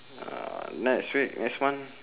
uh next week next month